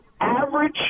average